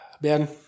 Ben